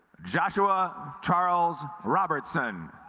joshua charles robertson